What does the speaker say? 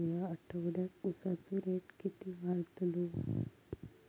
या आठवड्याक उसाचो रेट किती वाढतलो?